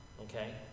Okay